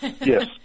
yes